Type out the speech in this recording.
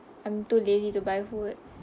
I'm too lazy to buy food